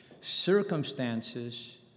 circumstances